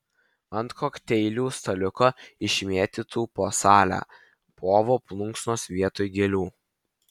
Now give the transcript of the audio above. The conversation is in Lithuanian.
ant kokteilių staliukų išmėtytų po salę povo plunksnos vietoj gėlių